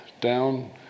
down